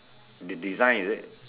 the design is it